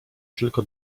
tylko